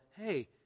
hey